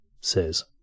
says